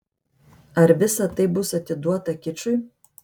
ar visa tai bus atiduota kičui